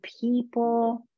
people